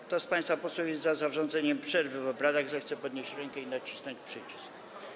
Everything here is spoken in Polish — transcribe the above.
Kto z państwa posłów jest za zarządzeniem przerwy w obradach, zechce podnieść rękę i nacisnąć przycisk.